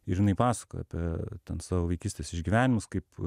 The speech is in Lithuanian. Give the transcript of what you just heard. ir jinai paskojo apie ten savo vaikystės išgyvenimus kaip